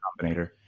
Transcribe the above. Combinator